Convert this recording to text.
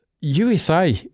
USA